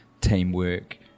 teamwork